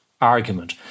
argument